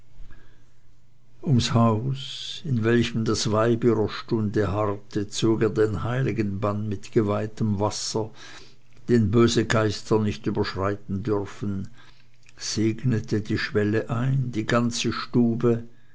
ums haus in welchem das weib ihrer stunde harrte zog er den heiligen bann mit geweihtem wasser den böse geister nicht überschreiten dürfen segnete die schwelle ein die ganze stube